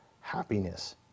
happiness